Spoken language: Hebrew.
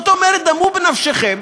דמו בנפשכם,